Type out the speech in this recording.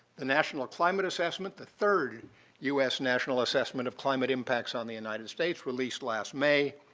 the national climate assessment, the third u s. national assessment of climate impacts on the united states, released last may,